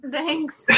Thanks